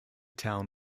town